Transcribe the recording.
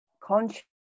conscious